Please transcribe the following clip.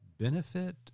benefit